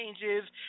changes